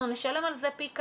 אנחנו נשלם על זה פי כמה.